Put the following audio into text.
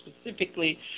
specifically